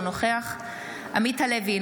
אינו נוכח עמית הלוי,